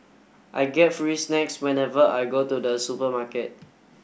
I get free snacks whenever I go to the supermarket